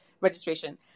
registration